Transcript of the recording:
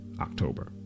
October